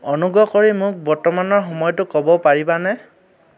অনুগ্ৰহ কৰি মোক বৰ্তমানৰ সময়টো ক'ব পাৰিবানে